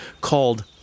called